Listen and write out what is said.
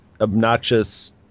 obnoxious